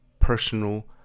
personal